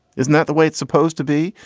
isn't not the way it's supposed to be.